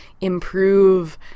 improve